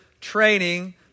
training